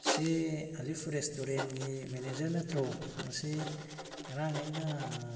ꯁꯦ ꯑꯂꯤꯐ ꯔꯦꯁꯇꯨꯔꯦꯟꯒꯤ ꯃꯦꯅꯦꯖꯔ ꯅꯠꯇ꯭ꯔꯣ ꯃꯁꯤ ꯉꯔꯥꯡ ꯑꯩꯅ